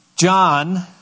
John